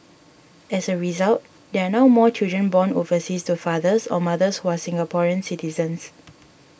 as a result there are now more children born overseas to fathers or mothers who are Singaporean citizens